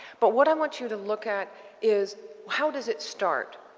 but what i want you to look at is, how does it start?